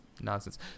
nonsense